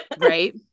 Right